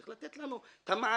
צריך לתת לנו את המענה